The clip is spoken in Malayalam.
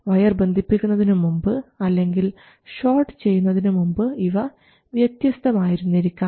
വയർ ബന്ധിപ്പിക്കുന്നതിനു മുമ്പ് അല്ലെങ്കിൽ ഷോർട്ട് ചെയ്യുന്നതിനുമുമ്പ് ഇവ വ്യത്യസ്തമായിരുന്നിരിക്കാം